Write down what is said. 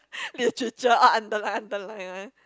Literature all underline underline one